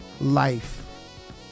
life